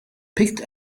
picked